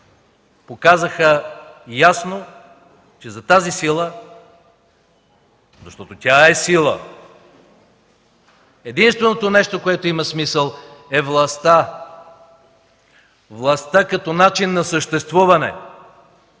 показаха ясно, че за тази сила, защото тя е сила, единственото нещо, което има смисъл, е властта – властта като начин на съществуване,